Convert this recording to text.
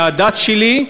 מהדת שלי,